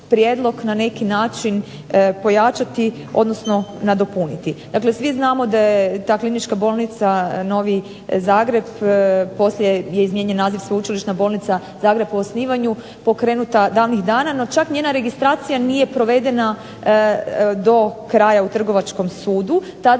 prijedlog na neki način pojačati, odnosno nadopuniti. Dakle svi znamo da je ta klinička bolnica novi Zagreb, poslije je izmijenjen naziv sveučilišna bolnica Zagreb u osnivanju, pokrenuta davnih dana, no čak njena registracija nije provedena do kraja u Trgovačkom sudu, tada